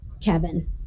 Kevin